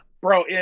bro